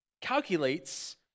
calculates